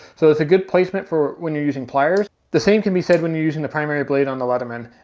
so it's a good placement for when you're using pliers. the same can be said when you're using the primary blade on the leatherman.